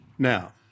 Now